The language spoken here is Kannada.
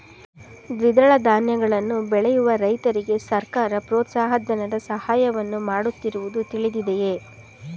ದ್ವಿದಳ ಧಾನ್ಯಗಳನ್ನು ಬೆಳೆಯುವ ರೈತರಿಗೆ ಸರ್ಕಾರ ಪ್ರೋತ್ಸಾಹ ಧನದ ಸಹಾಯವನ್ನು ಮಾಡುತ್ತಿರುವುದು ತಿಳಿದಿದೆಯೇ?